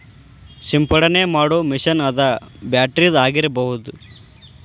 ಸಿಂಪಡನೆ ಮಾಡು ಮಿಷನ್ ಅದ ಬ್ಯಾಟರಿದ ಆಗಿರಬಹುದ